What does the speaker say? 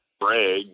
brag